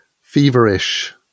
feverish